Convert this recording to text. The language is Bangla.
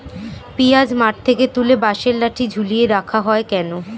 পিঁয়াজ মাঠ থেকে তুলে বাঁশের লাঠি ঝুলিয়ে রাখা হয় কেন?